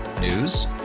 News